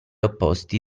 opposti